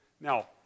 Now